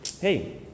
hey